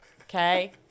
okay